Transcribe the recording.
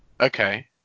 Okay